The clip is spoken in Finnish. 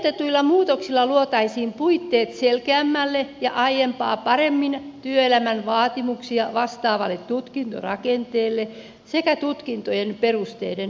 ehdotetuilla muutoksilla luotaisiin puitteet selkeämmälle ja aiempaa paremmin työelämän vaatimuksia vastaavalle tutkintorakenteelle sekä tutkintojen perusteiden uudistamiselle